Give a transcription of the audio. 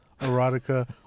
erotica